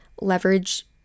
leverage